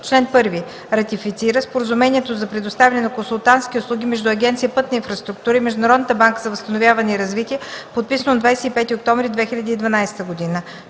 Чл. 1. Ратифицира Споразумението за предоставяне на консултантски услуги между Агенция „Пътна инфраструктура” и Международната банка за възстановяване и развитие, подписано на 25 октомври 2012 г.